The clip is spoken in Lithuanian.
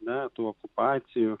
metų okupacijų